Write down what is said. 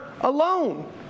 alone